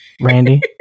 randy